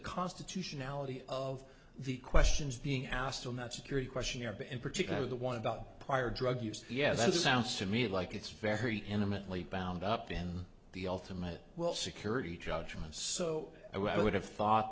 constitutionality of the questions being asked on that security questionnaire but in particular the one about prior drug use yes it sounds to me like it's very intimately bound up in the ultimate well security judgments so i would have thought